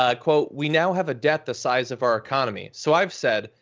ah quote, we now have a debt the size of our economy. so i've said,